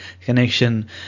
connection